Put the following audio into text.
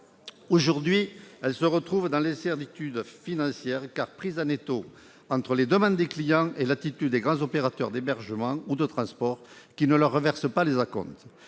Aujourd'hui, elles se retrouvent dans l'incertitude financière, car elles sont prises en étau entre les demandes des clients et l'attitude des grands opérateurs d'hébergement ou de transport, qui ne leur reversent pas les acomptes.